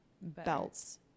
belts